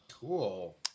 Cool